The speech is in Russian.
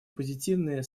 позитивные